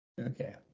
Okay